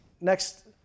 next